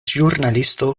ĵurnalisto